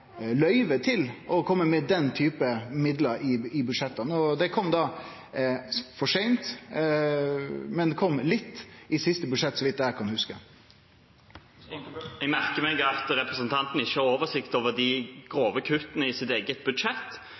løyve til å kome med den typen midlar i budsjetta. Det kom da for seint, men det kom litt i siste budsjett, så vidt eg kan hugse. Jeg merker meg at representanten ikke har oversikt over de grove kuttene i hans eget partis budsjett.